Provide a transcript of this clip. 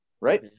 right